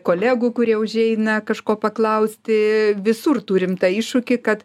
kolegų kurie užeina kažko paklausti visur turim tą iššūkį kad